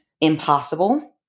impossible